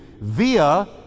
via